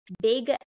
big